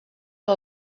que